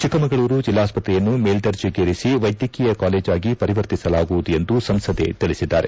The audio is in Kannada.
ಚಿಕ್ಕಮಗಳೂರು ಜಿಲ್ಲಾಸ್ತ್ರೆಯನ್ನು ಮೇಲ್ದರ್ಜೆಗೇರಿಸಿ ವೈದ್ಯಕೀಯ ಕಾಲೇಜಾಗಿ ಪರಿವರ್ತಿಸಲಾಗುವುದು ಎಂದು ಸಂಸದೆ ತಿಳಿಸಿದ್ದಾರೆ